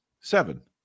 Seven